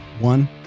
One